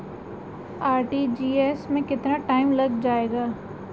RTGS में कितना time लग जाएगा?